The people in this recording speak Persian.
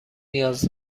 نیاز